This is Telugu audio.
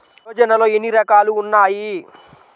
యోజనలో ఏన్ని రకాలు ఉన్నాయి?